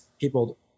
people